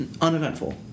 uneventful